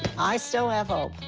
i still have hope.